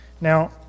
Now